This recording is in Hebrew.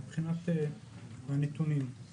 מבחינת הנתונים,